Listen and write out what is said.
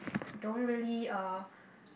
don't really uh